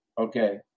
okay